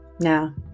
now